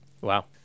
Wow